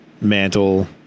mantle